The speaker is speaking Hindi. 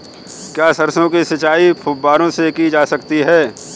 क्या सरसों की सिंचाई फुब्बारों से की जा सकती है?